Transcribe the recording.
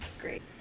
Great